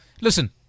Listen